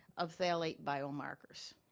of phthalate biomarkers.